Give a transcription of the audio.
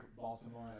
Baltimore